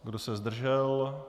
Kdo se zdržel?